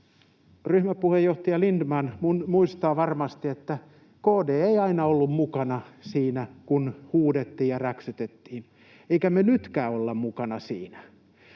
ryhmäpuheenjohtaja Lindtman muistaa varmasti, että KD ei aina ollut mukana siinä, kun huudettiin ja räksytettiin, eikä me nytkään olla mukana siinä